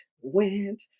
went